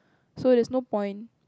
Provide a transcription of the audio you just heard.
so there's no point